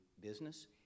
business